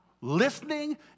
Listening